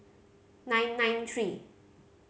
nine nine three